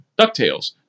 Ducktales